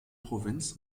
provinz